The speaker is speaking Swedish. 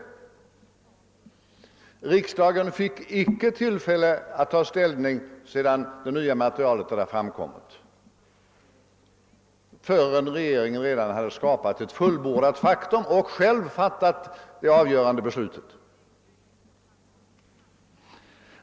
Riksdagen fick icke tillfälle att ta ställning, sedan det nya materialet hade framkommit, förrän regeringen redan hade skapat ett fullbordat faktum och själv fattat det avgörande beslutet.